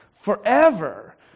forever